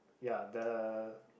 ya the